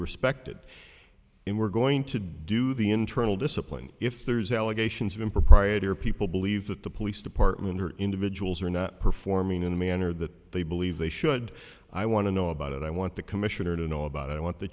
respected and we're going to do the internal discipline if there's allegations of impropriety or people believe that the police department or individuals are not performing in the manner that they believe they should i want to know about it i want the commissioner to know about it i want the